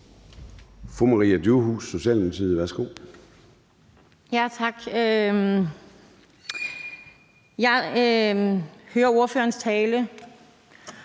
Jeg hører ordførerens tale,